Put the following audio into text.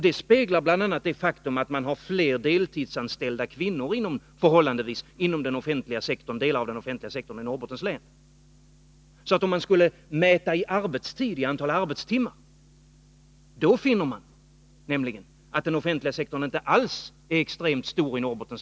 Det speglar bl.a. det faktum att man har förhållandevis fler deltidsanställda kvinnor inom delar av den offentliga sektorn. Om man skulle mäta i antal arbetstimmar, finner man att den offentliga sektorn inte alls är extremt stor i Norrbotten.